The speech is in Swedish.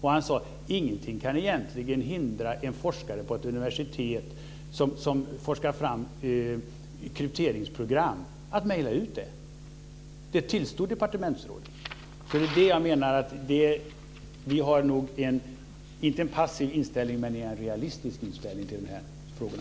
Han sade: Ingenting kan egentligen hindra en forskare på ett universitet som forskar fram krypteringsprogram att mejla ut det. Det tillstod departementsrådet. Därför menar jag att vi inte har en passiv inställning utan en realistisk inställning i de här frågorna.